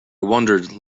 wandered